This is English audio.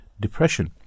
depression